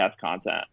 content